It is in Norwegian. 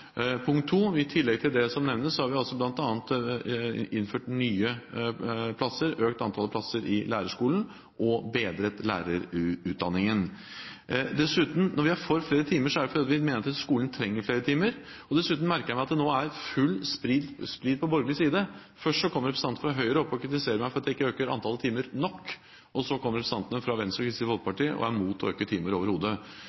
Punkt 2, i tillegg til det som nevnes, har vi bl.a. økt antall plasser i lærerskolen og bedret lærerutdanningen. Når vi er for flere timer, er det fordi vi mener at skolen trenger flere timer. Dessuten merker jeg meg at det nå er full splid på borgerlig side. Først kommer representanter fra Høyre opp og kritiserer meg for ikke å øke antallet timer nok, og så kommer representantene fra Venstre og Kristelig